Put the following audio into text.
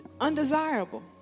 undesirable